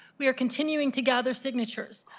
we are continuing to gather signatures.